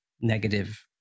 negative